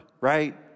right